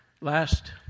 last